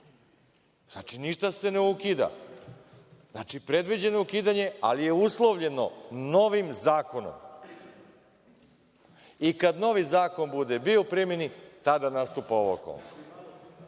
Znači, ništa se ukida. Predviđeno je ukidanje, ali je uslovljeno novim zakonom. I kad novi zakon bude bio u primeni, tada nastupa ova okolnost.